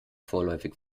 vorläufig